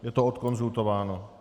Je to odkonzultováno.